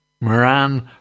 Moran